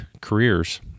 careers